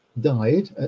died